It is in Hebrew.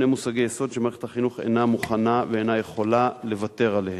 שני מושגי יסוד שמערכת החינוך אינה מוכנה ואינה יכולה לוותר עליהם.